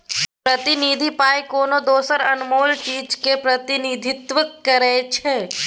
प्रतिनिधि पाइ कोनो दोसर अनमोल चीजक प्रतिनिधित्व करै छै